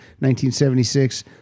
1976